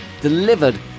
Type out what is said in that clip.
delivered